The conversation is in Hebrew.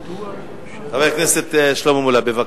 חבר הכנסת שלמה מולה, בבקשה.